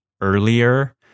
earlier